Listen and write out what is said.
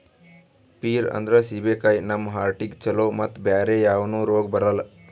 peer ಅಂದ್ರ ಸೀಬೆಕಾಯಿ ನಮ್ ಹಾರ್ಟಿಗ್ ಛಲೋ ಮತ್ತ್ ಬ್ಯಾರೆ ಯಾವನು ರೋಗ್ ಬರಲ್ಲ್